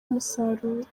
umusaruro